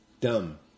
Dumb